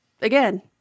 again